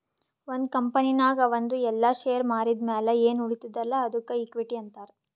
ಒಂದ್ ಕಂಪನಿನಾಗ್ ಅವಂದು ಎಲ್ಲಾ ಶೇರ್ ಮಾರಿದ್ ಮ್ಯಾಲ ಎನ್ ಉಳಿತ್ತುದ್ ಅಲ್ಲಾ ಅದ್ದುಕ ಇಕ್ವಿಟಿ ಅಂತಾರ್